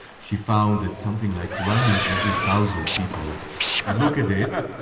she found that something like one in every thousand people look at it. yeah